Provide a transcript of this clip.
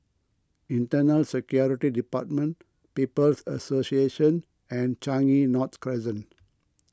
Internal Security Department People's Association and Changi North Crescent